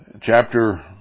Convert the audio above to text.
Chapter